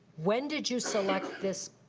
when did you select this,